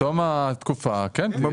בתום התקופה, כן.